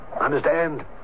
Understand